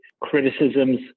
criticisms